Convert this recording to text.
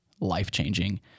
life-changing